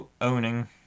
owning